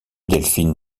delphine